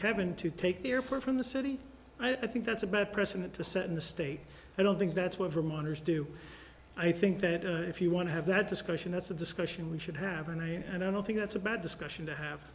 kevin to take the airport from the city i think that's a bad precedent to set in the state i don't think that's what vermonters do i think that if you want to have that discussion that's a discussion we should have and i don't think that's a bad discussion to ha